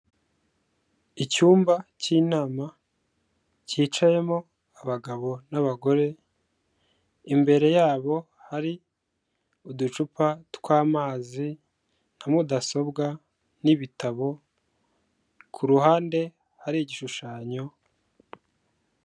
icyumba cy'inama cyicayemo abagabo n'abagore, imbere yabo hari uducupa tw'amazi na mudasobwa n'ibitabo, kuruhande hari igishushanyo.